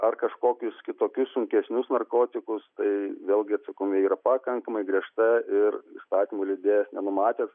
ar kažkokius kitokius sunkesnius narkotikus tai vėlgi atsakomybė yra pakankamai griežta ir įstatymų leidėjas nenumatė